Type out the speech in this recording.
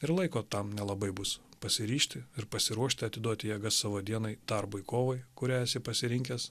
ir laiko tam nelabai bus pasiryžti ir pasiruošti atiduoti jėgas savo dienai darbui kovai kurią esi pasirinkęs